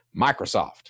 Microsoft